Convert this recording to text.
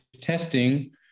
testing